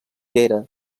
vera